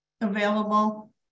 available